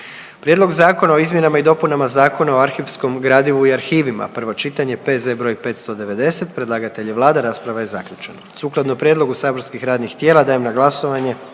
Prijedlog Zakona o dostavi sudskih pismena, prvo čitanje, P.Z.E. br. 603, predlagatelj je Vlada, rasprava je zaključena. Sukladno prijedlogu saborskih radnih tijela dajem na glasovanje